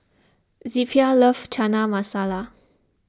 Zelpha loves Chana Masala